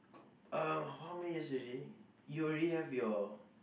uh how many years already you already have your